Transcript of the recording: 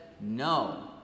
no